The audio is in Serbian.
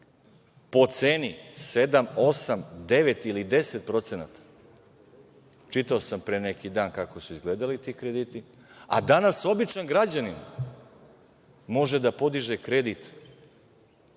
po ceni od 7, 8, 9 ili 10%, čitao sam pre neki dan kako su izgledali ti krediti, a danas običan građanin može da podiže kredit